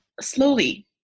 slowly